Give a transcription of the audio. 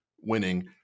winning